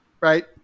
Right